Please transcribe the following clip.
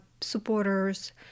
supporters